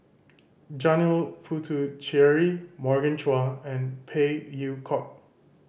Janil Puthucheary Morgan Chua and Phey Yew Kok